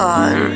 on